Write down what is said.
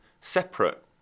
separate